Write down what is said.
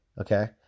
okay